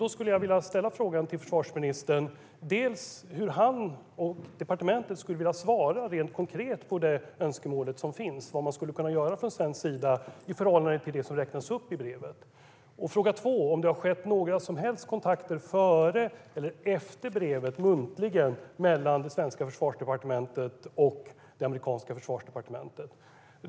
Jag skulle vilja fråga försvarsministern för det första hur han och departementet skulle vilja svara rent konkret på det önskemål som finns och vad man skulle kunna göra från svensk sida i förhållande till det som räknas upp i brevet. För det andra vill jag fråga om det har skett några som helst kontakter muntligen, före eller efter brevet, mellan det svenska Försvarsdepartementet och det amerikanska försvarsdepartementet?